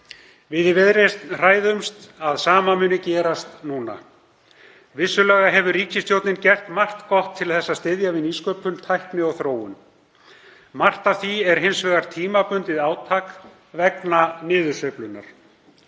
Við í Viðreisn hræðumst að hið sama muni gerast núna. Vissulega hefur ríkisstjórnin gert margt gott til að styðja við nýsköpun, tækni og þróun. Margt af því er hins vegar tímabundið átak vegna niðursveiflunnar.